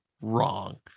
Wrong